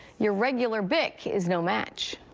your regular bic is no match.